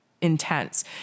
intense